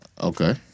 Okay